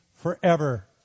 forever